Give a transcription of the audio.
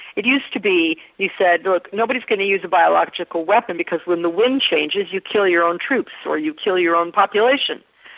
it used to be said look nobody is going to use a biological weapons because when the wind changes you'll kill your own troops or you'll kill your own population.